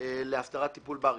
להסדרת טיפול באריזות.